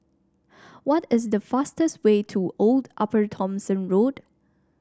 what is the fastest way to Old Upper Thomson Road